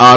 R